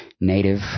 native